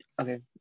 Okay